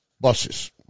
buses